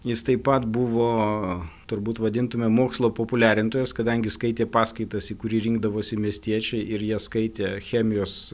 jis taip pat buvo turbūt vadintumėm mokslo populiarintojas kadangi skaitė paskaitas į kurį rinkdavosi miestiečiai ir jie skaitė chemijos